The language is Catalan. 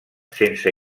sense